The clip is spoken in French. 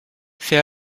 fait